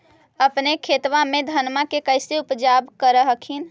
अपने खेतबा मे धन्मा के कैसे उपजाब हखिन?